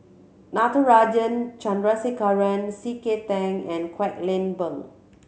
Natarajan Chandrasekaran C K Tang and Kwek Leng Beng